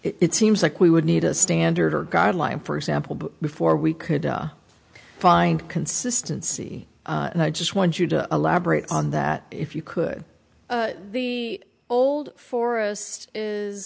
it seems like we would need a standard or guideline for example before we could find consistency and i just want you to elaborate on that if you could the old forest is